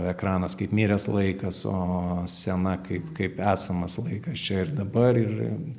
ekranas kaip miręs laikas o scena kaip kaip esamas laikas čia ir dabar ir